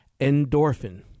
Endorphin